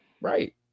Right